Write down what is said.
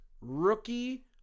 Rookie